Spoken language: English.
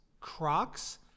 Crocs